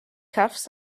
cuffs